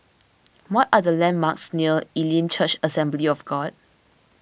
what are the landmarks near Elim Church Assembly of God